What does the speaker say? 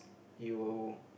you